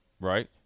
right